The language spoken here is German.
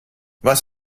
was